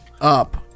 up